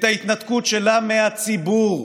את ההתנתקות שלה מהציבור,